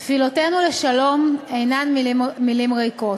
תפילותינו לשלום אינן מילים ריקות,